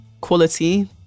quality